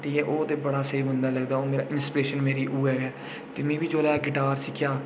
ठीक ऐ ओह् ते मी बड़ा स्हेई बंदा लगदा ओह् मेरा इंसीपिरेशन उ'ऐ ऐ ते में बी जोल्लै गिटार सिक्खेआ